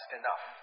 enough 。